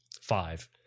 Five